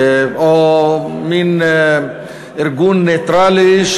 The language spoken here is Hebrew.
או מין ארגון נייטרלי,